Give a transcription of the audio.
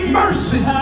mercy